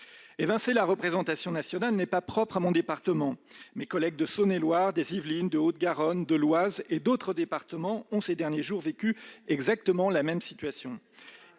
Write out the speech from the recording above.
de la représentation nationale n'est pas propre à mon département. Mes collègues de Saône-et-Loire, des Yvelines, de la Haute-Garonne, de l'Oise et d'autres départements ont vécu ces derniers jours exactement la même situation.